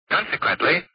Consequently